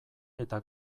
eta